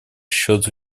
счет